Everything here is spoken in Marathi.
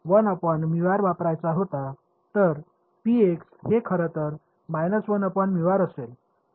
तर हे खरं तर असेल